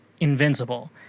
Invincible